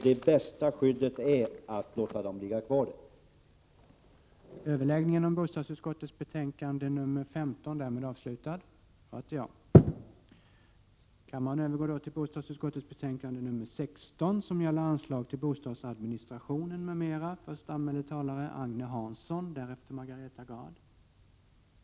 Det bästa skyddet uppnås genom att låta älvarna vara kvar i naturresurslagen.